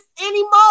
anymore